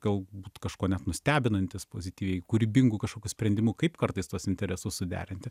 galbūt kažkuo net nustebinantis pozityviai kūrybingu kažkokiu sprendimu kaip kartais tuos interesus suderinti